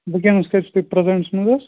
وُنکٮ۪نَس کَتہِ چھُو تُہۍ پرٛزَنٹَس منٛز حظ